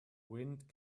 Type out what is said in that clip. wind